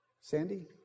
Sandy